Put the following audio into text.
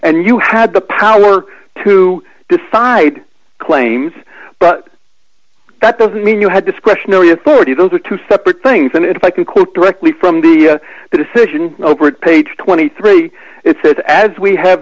and you had the power to decide claims but that doesn't mean you had discretionary authority those are two separate things and if i conclude directly from the decision over at page twenty three it says as we have